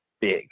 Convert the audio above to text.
big